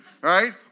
right